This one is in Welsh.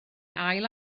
ail